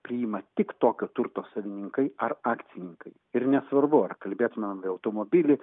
priima tik tokio turto savininkai ar akcininkai ir nesvarbu ar kalbėtumėm apie automobilį